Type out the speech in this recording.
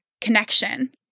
connection